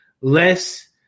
less